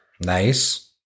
Nice